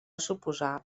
suposar